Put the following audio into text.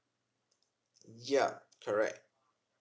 ya correct